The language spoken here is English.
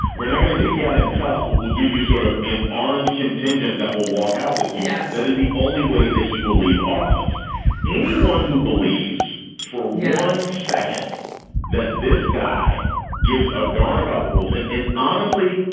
we're not going to take you out and cast, but we'll give you sort of an armed contingent that will walk out with you yeah so that is the only way that he will leave office anyone who believes for one second that this guy gives a darn about the rules. and honestly,